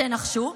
תנחשו,